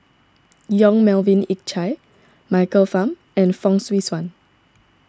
Yong Melvin Yik Chye Michael Fam and Fong Swee Suan